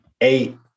eight